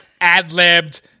ad-libbed